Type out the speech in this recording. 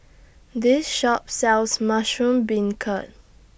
This Shop sells Mushroom Beancurd